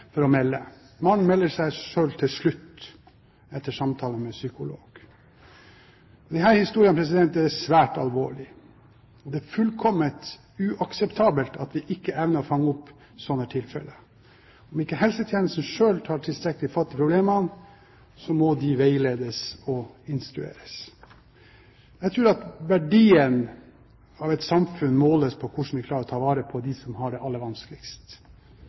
for å melde fra. Mannen melder seg selv til slutt, etter samtaler med psykolog. Disse historiene er svært alvorlige, og det er fullkomment uakseptabelt at vi ikke evner å fange opp slike tilfeller. Om ikke helsetjenestene selv tar tilstrekkelig fatt i problemene, må de veiledes og instrueres. Jeg tror at verdien av et samfunn måles etter hvordan vi klarer å ta vare på dem som har det aller vanskeligst.